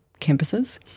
campuses